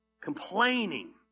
Complaining